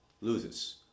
loses